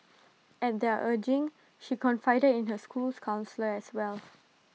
at their urging she confided in her school's counsellor as well